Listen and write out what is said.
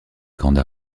grande